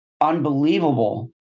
unbelievable